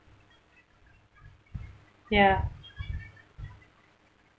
ya